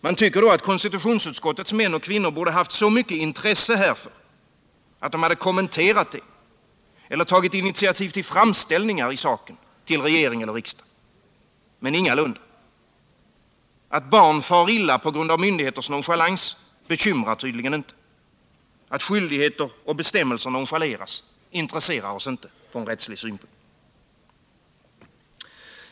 Man tycker då att konstitutionsutskottets män och kvinnor borde haft så mycket intresse härför att de kommenterat det eller tagit initiativ till framställningar i saken till regering och riksdag. Men ingalunda. Att barn far illa på grund av myndigheters nonchalans bekymrar tydligen inte. Att skyldigheter och bestämmelser nonchaleras intresserar oss tydligen inte heller från rättslig synpunkt.